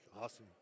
Awesome